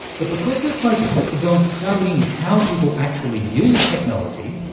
but because her focus is on studying how people actually use technology,